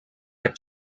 heb